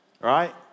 right